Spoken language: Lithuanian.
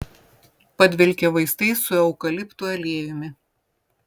padvelkė vaistais su eukaliptų aliejumi